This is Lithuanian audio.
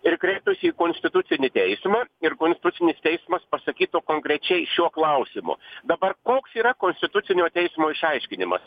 ir kreiptųsi į konstitucinį teismą ir konstitucinis teismas pasakytų konkrečiai šiuo klausimu dabar koks yra konstitucinio teismo išaiškinimas